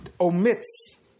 omits